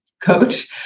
coach